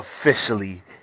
officially